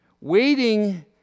Waiting